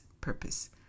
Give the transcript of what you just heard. purpose